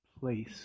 place